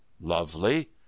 lovely